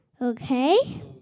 Okay